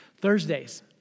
Thursdays